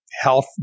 health